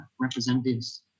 representatives